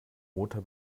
motor